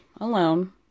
alone